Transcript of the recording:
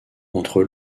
entre